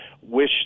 wish